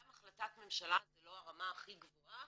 גם החלטת ממשלה זה לא הרמה הכי גבוהה,